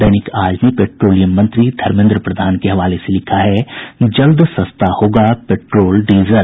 दैनिक आज ने पेट्रोलियम मंत्री धर्मेन्द्र प्रधान के हवाले से लिखा है जल्द सस्ता होगा पेट्रोल डीजल